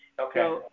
Okay